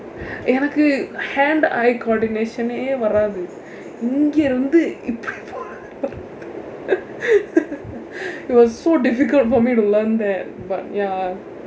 எனக்கு:enakku hand eye coordination eh வராது இங்க இருந்து:varaathu ingka irundthu but it was so difficult for me to learn that but ya